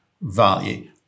value